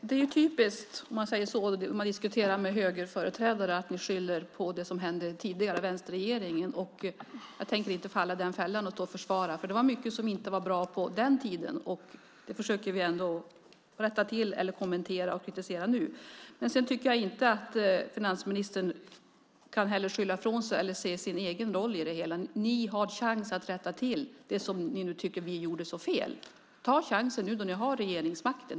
Herr talman! När man diskuterar med högerföreträdare är det typiskt att ni skyller på det som hänt tidigare under vänsterregeringen. Jag tänker inte falla i den fällan och stå och försvara. Det var mycket som inte var bra på den tiden. Det försöker vi rätta till och kommentera och kritisera nu. Finansministern kan inte skylla ifrån sig eller bortse från sig egen roll i det hela. Ni har chans att rätta till det som ni nu tycker att vi gjorde så fel. Ta chansen nu när ni har regeringsmakten.